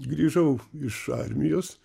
grįžau iš armijos